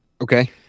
Okay